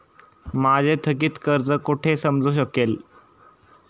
माझे थकीत कर्ज कुठे समजू शकेल?